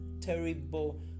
terrible